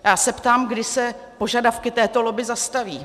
A já se ptám, kdy se požadavky této lobby zastaví.